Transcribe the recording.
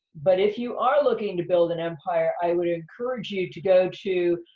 but if you are looking to build an empire, i would encourage you to go to,